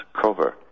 Cover